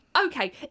okay